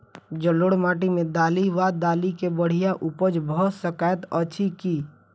जलोढ़ माटि मे दालि वा दालि केँ बढ़िया उपज भऽ सकैत अछि की?